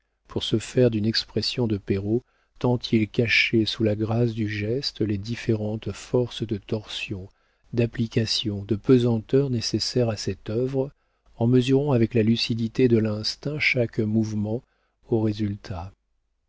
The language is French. pour se servir d'une expression de perrault tant ils cachaient sous la grâce du geste les différentes forces de torsion d'application de pesanteur nécessaires à cette œuvre en mesurant avec la lucidité de l'instinct chaque mouvement au résultat